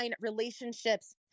relationships